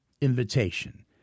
invitation